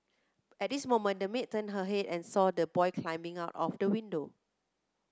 at this moment the maid turned her head and saw the boy climbing out of the window